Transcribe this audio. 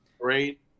Great